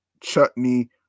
chutney